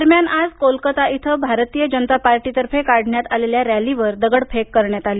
दरम्यान कोलकाता इथं आज भारतीय जनता पार्टीतर्फे काढण्यात आलेल्या रॅलीवर दगडफेक करण्यात आली